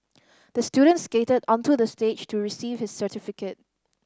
the student skated onto the stage to receive his certificate